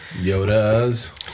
Yoda's